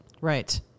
Right